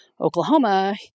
Oklahoma